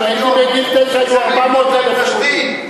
כשהייתי בגיל תשע היו 400,000 יהודים.